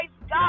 God